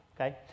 okay